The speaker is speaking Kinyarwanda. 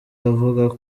avuga